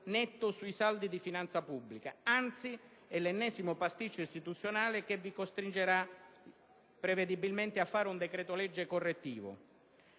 netto sui saldi di finanza pubblica. Anzi, è l'ennesimo pasticcio istituzionale che vi costringerà prevedibilmente ad adottare un decreto-legge correttivo.